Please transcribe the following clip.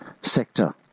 sector